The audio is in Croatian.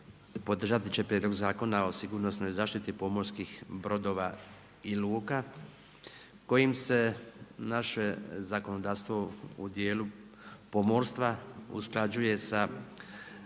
podržati će prijedlog Zakona o sigurnosnoj zaštiti pomorskih brodova i luka, kojim se naše zakonodavstvo u dijelu pomorstva usklađuje sa